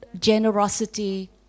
generosity